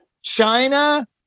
China